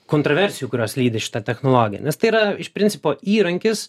kontroversijų kurios lydi šita technologija nes tai yra iš principo įrankis